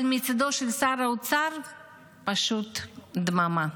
אבל מצידו של שר האוצר פשוט דממה.